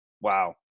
Wow